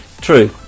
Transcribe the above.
True